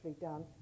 done